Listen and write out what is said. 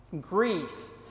Greece